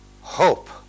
hope